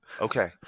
Okay